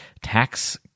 tax